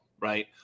right